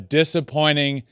disappointing